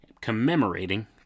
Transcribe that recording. commemorating